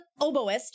Oboist